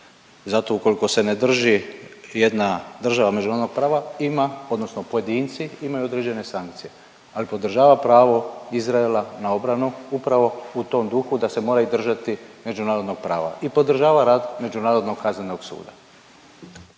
Zato ukoliko se ne drži jedna država međunarodnog prava, ima, odnosno pojedinci imaju određene sankcije. Ali podržava pravo Izraela na obranu upravo u tom duhu da se moraju držati međunarodnog prava i podržava rad međunarodnog kaznenog suda.